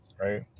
right